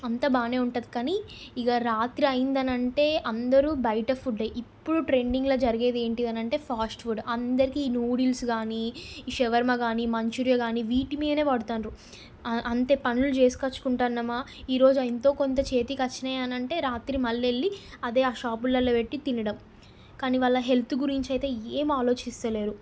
అంతా బాగానే ఉంటుంది గానీ ఇక రాత్రి అయింది అనంటే అందరూ బయట ఫుడ్ ఏ ఇప్పుడు ట్రెండింగ్లో జరిగేది ఏంటి అనంటే ఫాస్ట్ ఫుడ్ అందరికీ న్యూడిల్స్ గానీ ఈ షవర్మా గానీ మంచురియా గానీ వీటి మీదనే పడతాండ్రు అంతే పనులు చేసుకొచ్చుకుంటాన్నామా ఈరోజు ఎంతో కొంత చేతికి అచ్చినాయి అనంటే రాత్రికి మళ్ళీ ఎళ్ళి అదే ఆ షాపులలో పెట్టి తినడం కానీ వాళ్ళ హెల్త్ గురించి అయితే ఏం ఆలోచిస్తల్లేరు